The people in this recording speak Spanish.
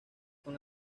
con